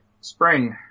Spring